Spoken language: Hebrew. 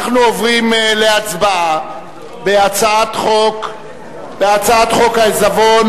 אנחנו עוברים להצבעה בהצעת חוק מס עיזבון,